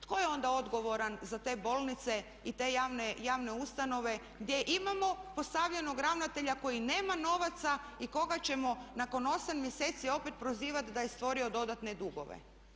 Tko je onda odgovoran za te bolnice i te javne ustanove gdje imamo postavljenog ravnatelja koji nema novaca i koga ćemo nakon 8 mjeseci opet prozivati da je stvorio dodatne dugove.